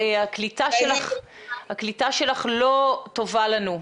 הקליטה שלך לא טובה לנו.